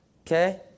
okay